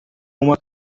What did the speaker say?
uma